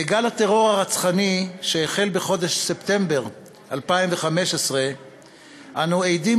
בגל הטרור הרצחני שהחל בחודש ספטמבר 2015 אנו עדים